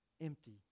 empty